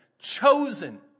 chosen